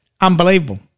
Unbelievable